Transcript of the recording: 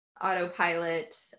autopilot